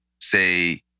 say